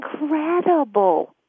incredible